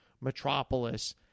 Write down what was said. Metropolis